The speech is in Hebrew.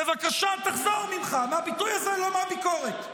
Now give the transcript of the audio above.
בבקשה תחזור בך מהביטוי הזה, לא מהביקורת.